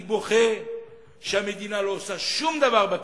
אני בוכה שהמדינה לא עושה שום דבר בפריפריה.